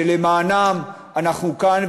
שלמענם אנחנו כאן,